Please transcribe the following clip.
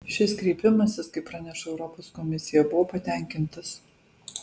šis kreipimasis kaip praneša europos komisija buvo patenkintas